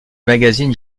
magazine